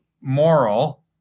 moral